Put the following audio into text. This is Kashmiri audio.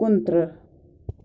کُنترٕٛہ